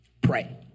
pray